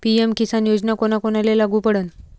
PM Kisan योजना कोना कोनाले लागू पडन?